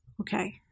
Okay